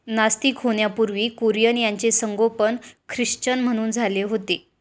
नास्तिक होण्यापूर्वी कुरियन यांचे संगोपन ख्रिश्चन म्हणून झाले होते